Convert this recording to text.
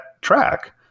track